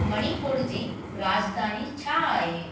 मणिपुर जी राॼधानी छा आहे